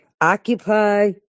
occupy